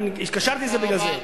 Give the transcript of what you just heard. התקשרתי בגלל זה.